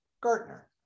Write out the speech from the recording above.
gartner